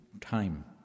time